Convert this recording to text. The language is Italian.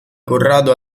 corrado